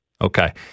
Okay